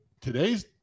today's